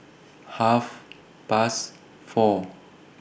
Half Past four